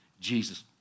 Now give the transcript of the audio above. Jesus